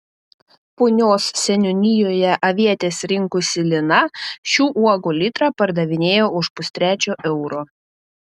punios seniūnijoje avietes rinkusi lina šių uogų litrą pardavinėjo už pustrečio euro